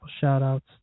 shout-outs